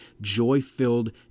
joy-filled